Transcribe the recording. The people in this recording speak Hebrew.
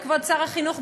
כבוד שר החינוך,